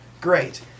Great